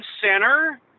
center